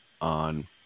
on